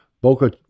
Boca